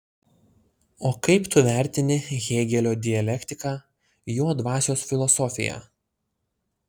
o kaip tu vertini hėgelio dialektiką jo dvasios filosofiją